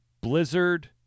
Blizzard